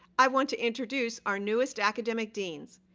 i want to introduce our newest academic deans.